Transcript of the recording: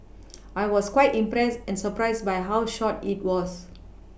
I was quite impressed and surprised by how short it was